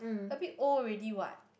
a bit old already what